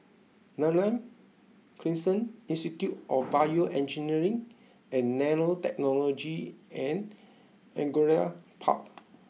Neram Crescent Institute of BioEngineering and Nanotechnology and Angullia Park